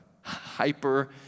hyper